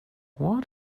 what